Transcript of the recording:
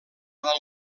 del